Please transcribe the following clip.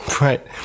Right